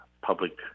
public